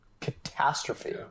catastrophe